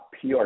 PR